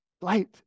light